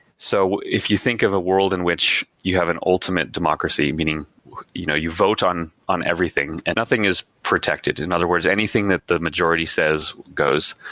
so if you think of the world in which you have an ultimate democracy, meaning you know you vote on on everything, and nothing is protected. in other words, anything that the majority says goes.